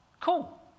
Cool